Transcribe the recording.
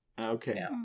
Okay